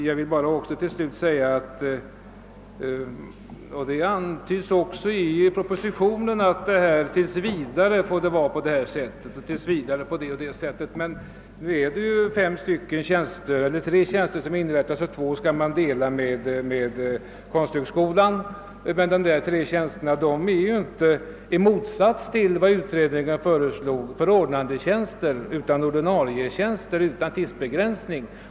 Jag vill till slut bara notera att det antyds i propositionen att utformningen skall gälla tills vidare. Men de tre tjänster, som föreslås inrättade, är inte, såsom det föreslogs av utredningen, förordnandetjänster utan ordinarie tjänster utan tidsbegränsning.